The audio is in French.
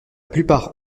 plupart